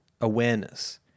awareness